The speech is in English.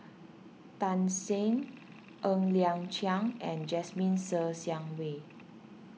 Tan Shen Ng Liang Chiang and Jasmine Ser Xiang Wei